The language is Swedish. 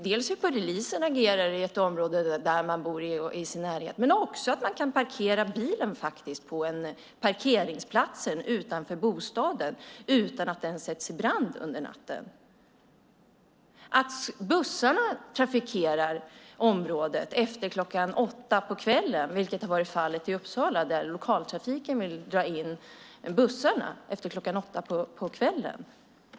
Dels ska de känna sig trygga av hur polisen agerar i det område där de bor, dels ska de kunna parkera bilen på parkeringsplatsen utanför bostaden utan att den sätts i brand under natten, och bussarna ska trafikera området efter klockan åtta på kvällen. I Uppsala vill lokaltrafiken dra in bussarna efter klockan åtta på kvällen.